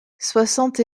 soixante